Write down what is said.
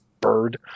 bird